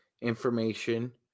information